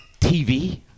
TV